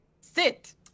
Sit